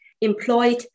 employed